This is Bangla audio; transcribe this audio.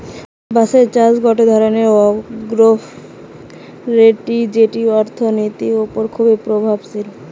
বাঁশের চাষ গটে ধরণের আগ্রোফরেষ্ট্রী যেটি অর্থনীতির ওপর খুবই প্রভাবশালী